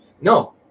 No